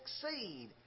succeed